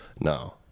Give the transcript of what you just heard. no